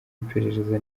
iperereza